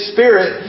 Spirit